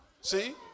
See